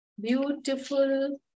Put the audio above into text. beautiful